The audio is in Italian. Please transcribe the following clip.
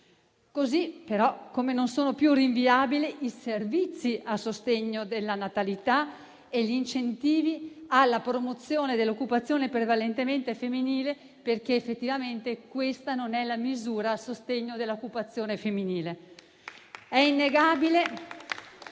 modo, però, non sono più rinviabili i servizi a sostegno della natalità e gli incentivi alla promozione dell'occupazione prevalentemente femminile, perché effettivamente questa non è la misura a sostegno dell'occupazione femminile.